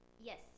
yes